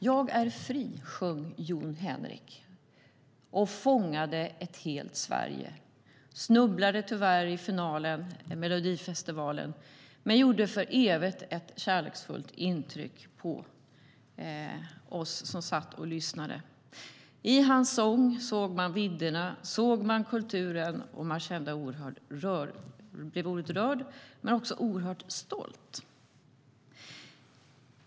Jag är fri, sjöng Jon Henrik Fjällgren, och fångade ett helt Sverige. Han snubblade tyvärr i finalen i Melodifestivalen men gjorde för evigt ett kärleksfullt intryck på oss som satt och lyssnade. I hans sång såg man vidderna och kulturen. Man blev oerhört rörd men också oerhört stolt.